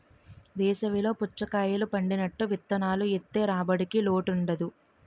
వేసవి లో పుచ్చకాయలు పండినట్టు విత్తనాలు ఏత్తె రాబడికి లోటుండదు